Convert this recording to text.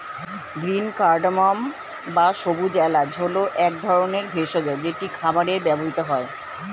green cardamom বা সবুজ এলাচ হল এক ধরনের ভেষজ যেটি খাবারে ব্যবহৃত হয়